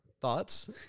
Thoughts